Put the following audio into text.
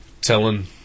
telling